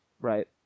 Right